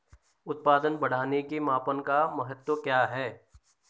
उत्पादन बढ़ाने के मापन का महत्व क्या है?